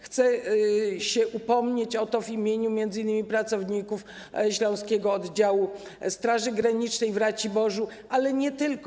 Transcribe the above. Chcę upomnieć się o to w imieniu m.in. pracowników Śląskiego Oddziału Straży Granicznej w Raciborzu, ale nie tylko.